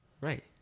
Right